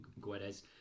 Guedes